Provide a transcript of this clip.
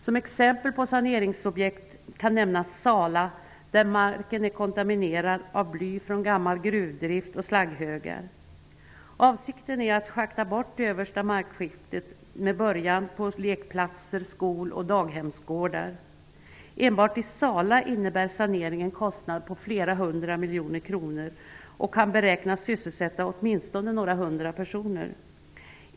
Som exempel på saneringsobjekt kan nämnas Sala, där marken är kontaminerad av bly från gammal gruvdrift och slagghögar. Avsikten är att schakta bort det översta markskiktet med början på lekplatser, skol och daghemsgårdar. Enbart i Sala innebär saneringen kostnader på flera hundra miljoner kronor, och den kan beräknas sysselsätta åtminstone några hundra personer.